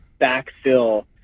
backfill